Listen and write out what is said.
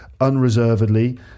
unreservedly